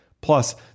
Plus